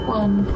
one